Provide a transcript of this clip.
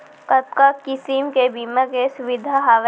कतका किसिम के बीमा के सुविधा हावे?